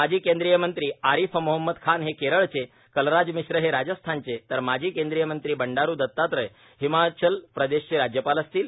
माजी केंद्रीय मंत्री आरिफ मोहम्मद खान हे केरळचे कलराज मिश्र हे राजस्थानचे तर माजी केंद्रीय मंत्री बंडारू दतात्रेय हिमाचल प्रदेशचे राज्यपाल असतील